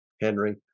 Henry